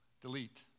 Delete